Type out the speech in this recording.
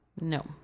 no